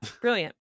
brilliant